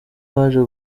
baje